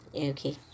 okay